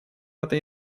этой